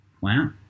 Wow